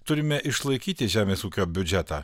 turime išlaikyti žemės ūkio biudžetą